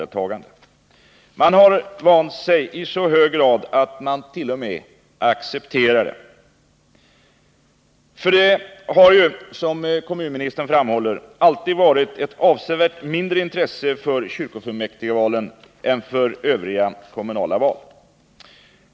Man har i så hög grad vant sig vid detta att man t. 0. m. accepterar det. För det har ju, som kommunministern framhåller, alltid varit ett avsevärt mindre intresse för kyrkofullmäktigvalen än för övriga kommunala val.